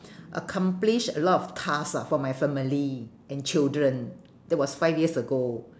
accomplish a lot of task lah for my family and children that was five years ago